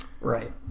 Right